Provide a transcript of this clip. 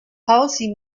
halsey